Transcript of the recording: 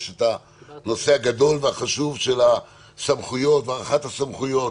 יש את הנושא הגדול והחשוב של הסמכויות והארכת הסמכויות,